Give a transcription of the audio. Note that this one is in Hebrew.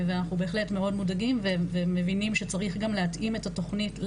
אנחנו לא נעצור אותם ולא יוגש כתב אישום בגין העבירה הזאת,